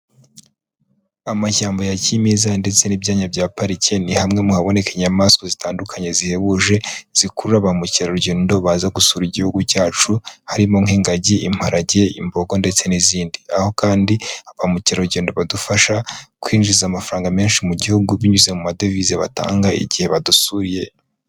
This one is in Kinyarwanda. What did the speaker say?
Amashyamba ya kimeza ndetse n'ibyanya bya parike, ni hamwe mu haboneka inyamaswa zitandukanye zihebuje zikurura ba mukerarugendo baza gusura igihugu cyacu, harimo nk'ingagi, imparage, imbogo, ndetse n'izindi. Aho kandi ba mukerarugendo badufasha kwinjiza amafaranga menshi mu gihugu binyuze mu madovize batanga igihe badusuye.